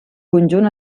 conjunt